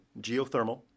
geothermal